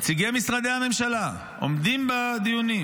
נציגי משרדי הממשלה עומדים בדיונים